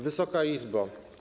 Wysoka Izbo!